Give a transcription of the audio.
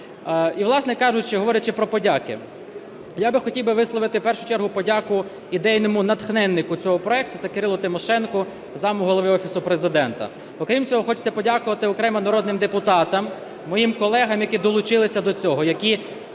І, власне кажучи, говорячи про подяки, я би хотів висловити в першу чергу подяку ідейному натхненнику цього проекту – це Кирилу Тимошенку, замголови Офісу Президента. Окрім цього, хочеться подякувати окремо народним депутатам – моїм колегам, які долучилися до цього, які